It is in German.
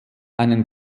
einen